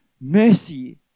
Mercy